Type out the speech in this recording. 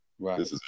Right